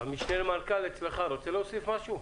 המשנה למנכ"ל רוצה להוסיף משהו?